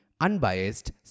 unbiased